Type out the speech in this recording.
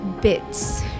bits